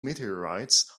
meteorites